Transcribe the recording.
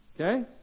Okay